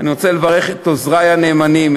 אני רוצה לברך את עוזרי הנאמנים,